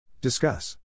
Discuss